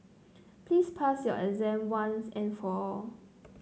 please pass your exam once and for all